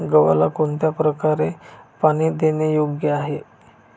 गव्हाला कोणत्या प्रकारे पाणी देणे योग्य आहे?